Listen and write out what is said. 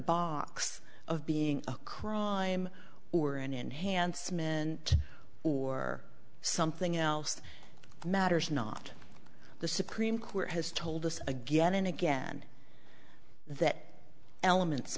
box of being a crime or an enhancement or something else matters not the supreme court has told us again and again that elements